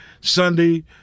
Sunday